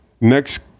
next